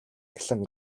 эхлэн